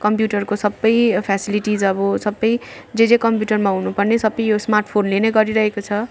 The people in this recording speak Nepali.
कम्प्युटरको सब फेसिलिटिज अब सब जे जे कम्प्युटरमा हुनु पर्ने सब यो स्मार्टफोले नै गरिरहेको छ